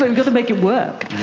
we've got to make it work.